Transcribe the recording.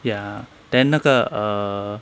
ya then 那个 err